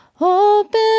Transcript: Open